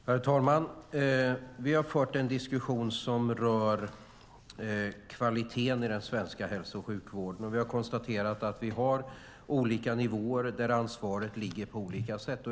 Herr talman! Vi har fört en diskussion som rör kvaliteten i den svenska hälso och sjukvården och har konstaterat att vi har olika nivåer där ansvaret ligger på olika sätt.